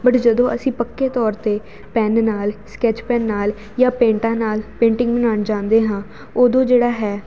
but ਜਦੋਂ ਅਸੀਂ ਪੱਕੇ ਤੌਰ 'ਤੇ ਪੈੱਨ ਨਾਲ ਸਕੈਚ ਪੈੱਨ ਨਾਲ ਜਾਂ ਪੇਂਟਾਂ ਨਾਲ ਪੇਂਟਿੰਗ ਬਣਾਉਣ ਜਾਣਦੇ ਹਾਂ ਉਦੋਂ ਜਿਹੜਾ ਹੈ